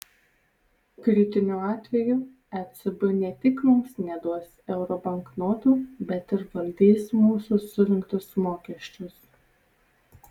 kritiniu atveju ecb ne tik mums neduos euro banknotų bet ir valdys mūsų surinktus mokesčius